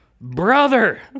brother